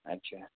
अच्छा